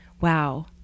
wow